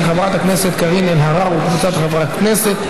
של חברת הכנסת קארין אלהרר וקבוצת חברי הכנסת.